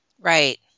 Right